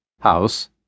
house